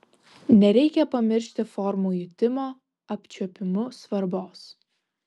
nereikia pamiršti formų jutimo apčiuopimu svarbos